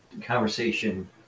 conversation